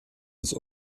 des